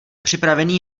připravený